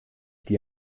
dir